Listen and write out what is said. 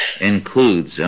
includes